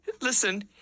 listen